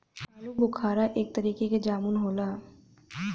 आलूबोखारा एक तरीके क जामुन होला